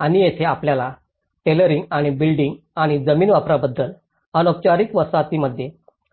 आणि येथेच आपल्याला टेलरिंग आणि बिल्डिंग आणि जमीन वापराबद्दल अनौपचारिक वसाहतींमध्ये